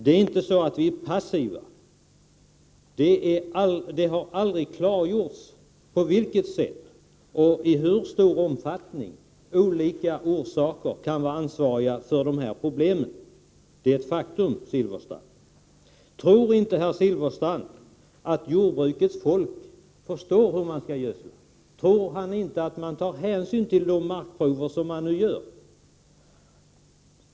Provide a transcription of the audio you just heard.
Det är inte så att vi är passiva. Det har aldrig klargjorts på vilket sätt och i hur stor omfattning olika orsaker kan vara ansvariga för de här problemen — det är ett faktum, Bengt Silfverstrand. Tror inte herr Silfverstrand att jordbrukets folk förstår hur man skall gödsla? Tror han inte att man tar hänsyn till de markprover som man nu genomför?